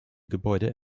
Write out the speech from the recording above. gebäude